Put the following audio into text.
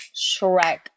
Shrek